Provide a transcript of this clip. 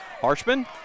Harshman